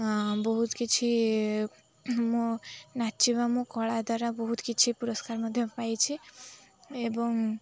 ବହୁତ କିଛି ମୁଁ ନାଚିବା ମୋ କଳା ଦ୍ୱାରା ବହୁତ କିଛି ପୁରସ୍କାର ମଧ୍ୟ ପାଇଛି ଏବଂ